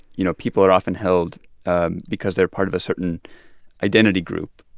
you know, people are often held and because they're part of a certain identity group,